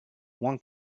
one